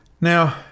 Now